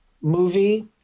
movie